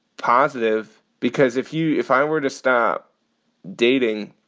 positive, because if you if i were to stop dating